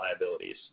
liabilities